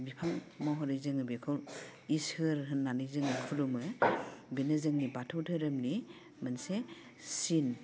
बिफां महरै जोङो बेखौ इसोर होननानै जोङो खुलुमो बेनो जोंनि बाथौ दोहोरोमनि मोनसे सिन